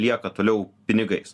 lieka toliau pinigais